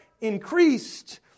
increased